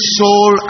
soul